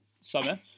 summer